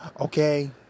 Okay